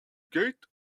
gate